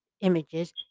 images